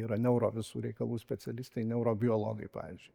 yra neuro visų reikalų specialistai neurobiologai pavyzdžiui